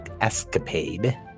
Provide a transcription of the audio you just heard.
escapade